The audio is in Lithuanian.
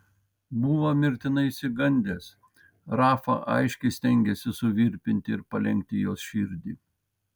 buvo mirtinai išsigandęs rafa aiškiai stengėsi suvirpinti ir palenkti jos širdį